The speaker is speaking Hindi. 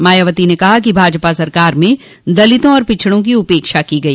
मायावती ने कहा कि भाजपा सरकार में दलितों और पिछड़ों की उपेक्षा की गई